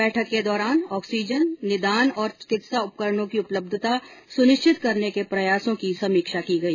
बैठक के दौरान ऑक्सीजन निदान और चिकित्सा उपकरणों की उपलब्धता सुनिश्चित करने के प्रयासों की समीक्षा की गई